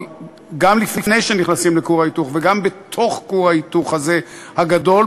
אבל גם לפני שנכנסים לכור ההיתוך וגם בתוך כור ההיתוך הזה הגדול,